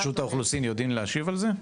ברשות האוכלוסין יודעים להשיב על זה?